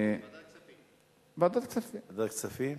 ועדת הכספים.